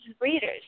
readers